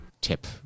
tip